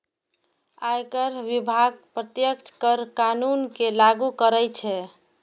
आयकर विभाग प्रत्यक्ष कर कानून कें लागू करै छै